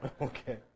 Okay